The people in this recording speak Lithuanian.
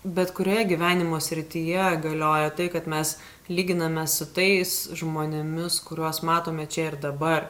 bet kurioje gyvenimo srityje galioja tai kad mes lyginamės su tais žmonėmis kuriuos matome čia ir dabar